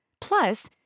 Plus